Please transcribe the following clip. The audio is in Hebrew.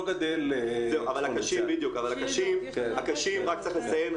רק לציין,